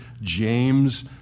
James